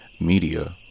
Media